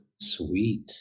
Sweet